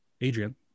Adrian